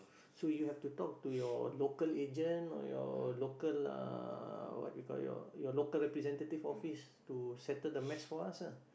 so you have to talk to your local agent or your local uh what we call your your local representative office to settle the mess for us ah